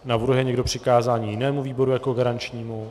Navrhuje někdo přikázání jinému výboru jako garančnímu?